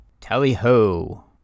Tally-ho